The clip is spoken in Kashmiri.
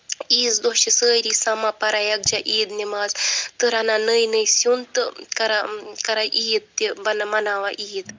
عیٖز دۄہ چھِ سٲرِی سَمان پران یَکجا عیٖد نٮ۪ماز تہٕ رَنان نٔے نٔے سیُن تہٕ کران کران عِیٖد تہِ بنا مناوان عِیٖد